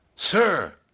Sir